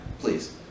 please